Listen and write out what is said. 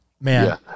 man